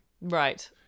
Right